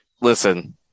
Listen